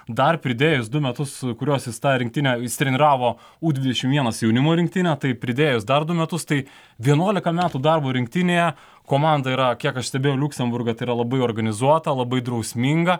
dar pridėjus du metus kuriuos jis tą rinktinę treniravo u dvidešim vienas jaunimo rinktinę tai pridėjus dar du metus tai vienuolika metų darbo rinktinėje komanda yra kiek aš stebėjau liuksemburgą tai yra labai organizuota labai drausminga